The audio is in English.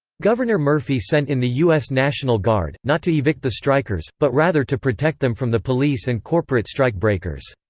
governor murphy sent in the u s. national guard, not to evict the strikers, but rather to protect them from the police and corporate strike-breakers.